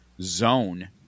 zone